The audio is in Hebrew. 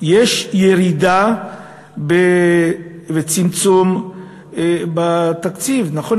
יש ירידה בצמצום התקציב, נכון?